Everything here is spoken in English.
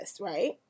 right